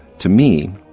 to me,